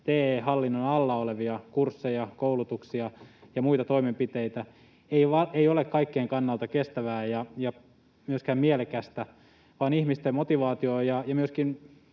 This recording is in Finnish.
TE-hallinnon alla olevia kursseja, koulutuksia ja muita toimenpiteitä, ei ole kaikkien kannalta kestävää eikä myöskään mielekästä, vaan ihmisten motivaatio ja myöskin